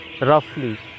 roughly